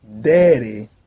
daddy